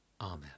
Amen